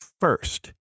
First